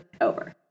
over